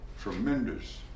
tremendous